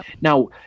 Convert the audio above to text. now